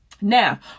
Now